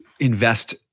Invest